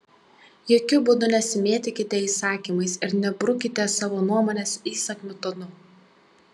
jokiu būdu nesimėtykite įsakymais ir nebrukite savo nuomonės įsakmiu tonu